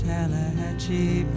Tallahatchie